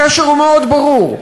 הקשר הוא מאוד ברור,